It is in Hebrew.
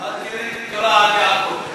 "אל תיראי תולעת יעקב".